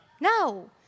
No